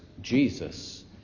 Jesus